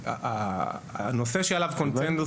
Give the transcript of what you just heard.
הנושא שהיה עליו קונצנזוס,